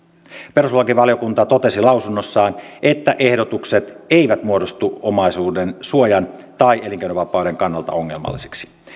perustuslakivaliokunta totesi lausunnossaan että ehdotukset eivät muodostu omaisuudensuojan tai elinkeinonvapauden kannalta ongelmallisiksi